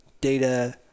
data